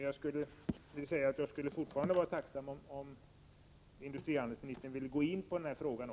Jag skulle fortfarande vara tacksam för en kommentar från utrikeshandelsministern även i den frågan.